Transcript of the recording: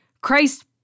Christ